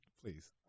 Please